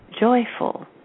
joyful